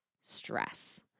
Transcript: stress